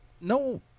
no